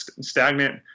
stagnant